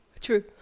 true